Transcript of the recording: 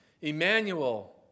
Emmanuel